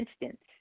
instance